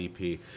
EP